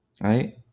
right